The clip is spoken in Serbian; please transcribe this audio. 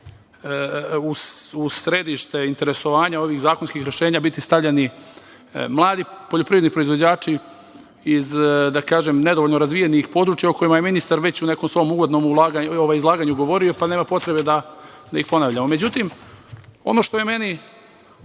u središte interesovanja ovih zakonskih rešenja biti stavljeni mladi poljoprivredni proizvođači iz nedovoljno razvijenih područja, o kojima je ministar već u nekom svom uvodnom izlaganju govorio, pa nema potrebe da ih ponavljamo.Međutim, ono što je meni